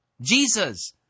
Jesus